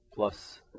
plus